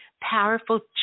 powerful